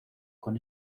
con